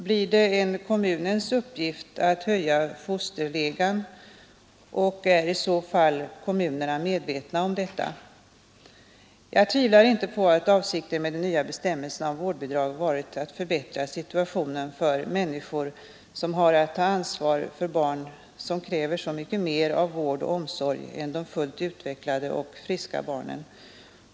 Blir det en kommunens uppgift att höja fosterlegan, och är i så fall kommunerna medvetna om detta? Jag tvivlar inte på att avsikten med de nya bestämmelserna om vårdbidrag varit att förbättra situationen för människor som har att ta ansvar för barn som kräver så mycket mer av vård och omsorg än de fullt utvecklade och friska barnen.